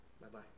Bye-bye